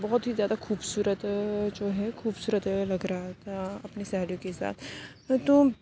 بہت ہی زیادہ خوبصورت جو ہے خوبصورت لگ رہا تھا اپنی سہیلیوں کے ساتھ تو